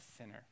sinner